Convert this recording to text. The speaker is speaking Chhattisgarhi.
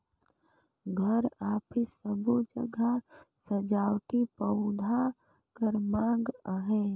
घर, अफिस सबो जघा सजावटी पउधा कर माँग अहे